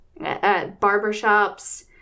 barbershops